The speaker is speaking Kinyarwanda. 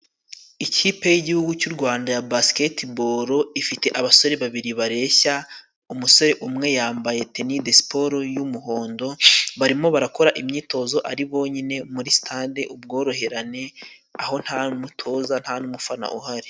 Ikipe y'igihugu cy' u Rwanda ya basiketiboro ifite abasore babiri bareshya, umusore umwe yambaye teni do siporo y'umuhondo, barimo barakora imyitozo ari bonyine muri sitade ubworoherane, aho nta mutoza, nta n'umufana uhari.